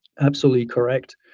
absolutely correct.